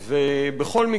ובכל מקרה,